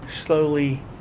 slowly